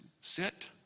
sit